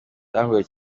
byangoye